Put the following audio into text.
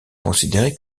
considéré